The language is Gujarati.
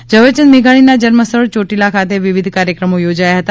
ઝવેરચંદ મેઘાણીના જન્મસ્થળ ચોટીલા ખાતે વિવિધ કાર્યક્રમો યોજાયા હતા